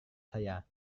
saya